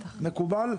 מקובל?